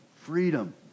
Freedom